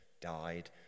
died